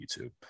YouTube